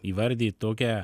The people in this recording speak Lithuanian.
įvardyt tokią